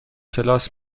کلاس